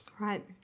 Right